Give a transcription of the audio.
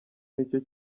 nicyo